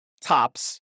tops